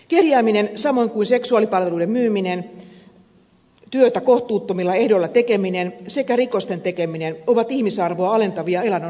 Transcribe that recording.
kerjääminen samoin kuin seksuaalipalveluiden myyminen työtä kohtuuttomilla ehdoilla tekeminen sekä rikosten tekeminen ovat ihmisarvoa alentavia elannon hankkimistapoja